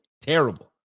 terrible